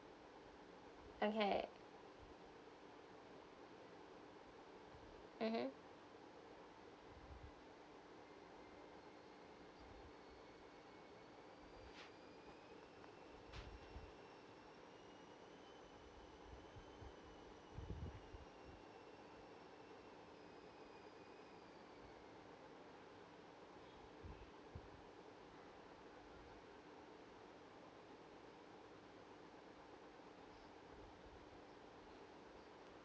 okay mmhmm